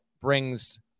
brings